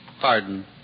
Pardon